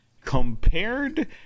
Compared